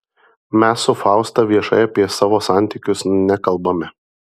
mes su fausta viešai apie savo santykius nekalbame